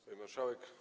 Pani Marszałek!